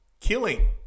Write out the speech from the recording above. killing